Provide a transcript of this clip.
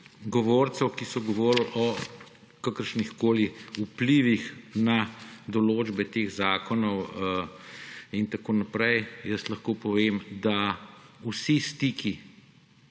govorcev, ki so govorili o kakršnihkoli vplivih na določbe teh zakonov in tako naprej, lahko povem, da so vsi stiki